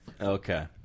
Okay